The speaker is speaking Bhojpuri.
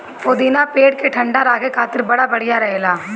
पुदीना पेट के ठंडा राखे खातिर बड़ा बढ़िया रहेला